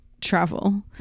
travel